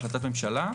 החלטת ממשלה,